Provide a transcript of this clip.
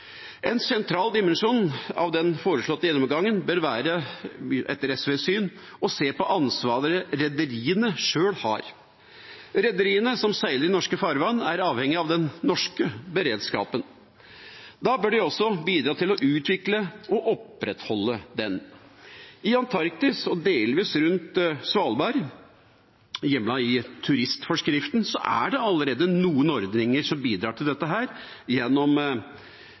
En sentral dimensjon av den foreslåtte gjennomgangen bør etter SVs syn være å se på ansvaret rederiene sjøl har. Rederiene som seiler i norske farvann, er avhengige av den norske beredskapen. Da bør de også bidra til å utvikle og opprettholde den. I Antarktis og delvis rundt Svalbard er det, hjemlet i turistforskriften, allerede noen ordninger som bidrar til dette.